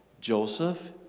Joseph